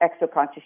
Exoconscious